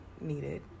needed